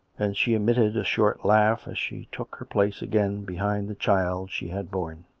and she emitted a short laugh as she took her place again behind the child she had borne.